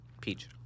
Peach